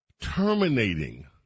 terminating